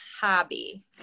hobby